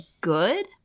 good